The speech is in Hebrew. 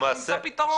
אנחנו נמצא פתרון.